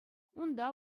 унта